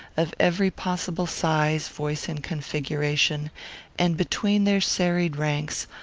of every possible size, voice and configuration and between their serried ranks,